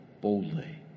boldly